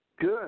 Good